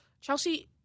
Chelsea